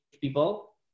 people